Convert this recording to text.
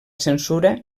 censura